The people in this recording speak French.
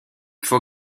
faut